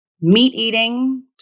meat-eating